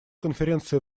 конференции